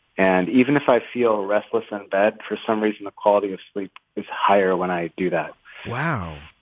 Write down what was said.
and even if i feel restless in bed, for some reason, the quality of sleep is higher when i do that wow.